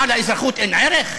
מה, לאזרחות אין ערך?